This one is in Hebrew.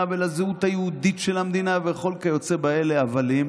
ולזהות היהודית של המדינה וכל כיוצא באלה הבלים,